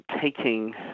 taking